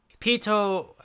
Pito